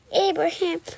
Abraham